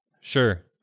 Sure